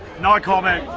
no comment.